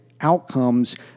outcomes